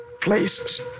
places